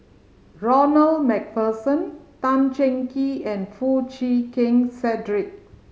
Ronald Macpherson Tan Cheng Kee and Foo Chee Keng Cedric